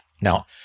Now